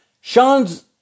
Sean's